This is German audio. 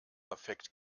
affekt